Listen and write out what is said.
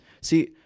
See